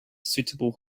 suitable